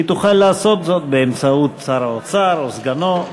היא תוכל לעשות זאת באמצעות שר האוצר או סגנו,